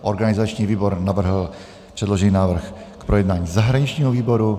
Organizační výbor navrhl předložený návrh k projednání zahraničnímu výboru.